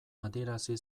adierazi